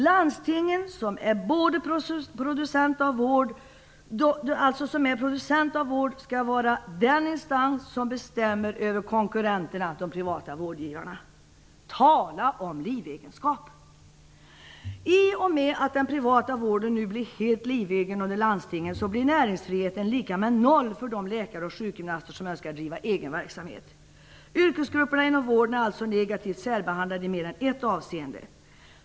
Landstingen, som är producenter av vård, skall vara den instans som bestämmer över konkurrenterna, de privata vårdgivarna. Tala om livegenskap! I och med att den privata vården nu blir helt livegen under landstingen blir näringsfriheten lika med noll för de läkare och sjukgymnaster som önskar driva egen verksamhet. Yrkesgrupperna inom vården är alltså negativt särbehandlade i mer än ett avseende.